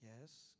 Yes